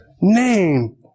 name